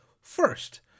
first